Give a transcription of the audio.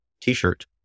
t-shirt